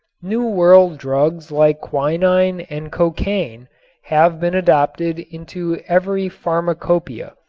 new world drugs like quinine and cocaine have been adopted into every pharmacopeia.